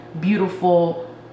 beautiful